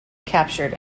captured